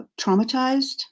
traumatized